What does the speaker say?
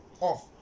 off